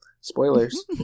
Spoilers